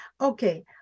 okay